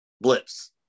blips